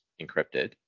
encrypted